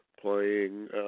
playing